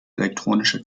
elektronische